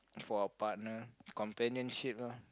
for a partner companionship lah